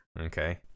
Okay